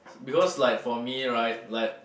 because like for me right like